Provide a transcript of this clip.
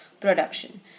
production